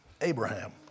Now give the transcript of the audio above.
Abraham